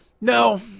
No